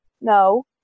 no